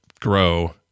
grow